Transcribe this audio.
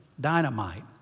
dynamite